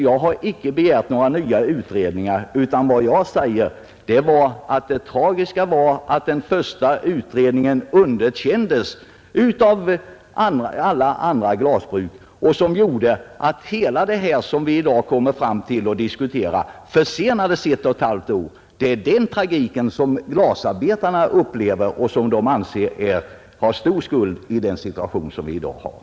Jag har inte begärt några nya utredningar, utan jag sade att det tragiska var att den första utredningen underkändes av alla andra glasbruk, vilket gjorde att allt det som vi i dag kommit fram till att diskutera försenades i ett och ett halvt år. Det är den tragiken som glasarbetarna upplever och som de anser bär stor skuld till den nuvarande situationen.